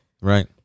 Right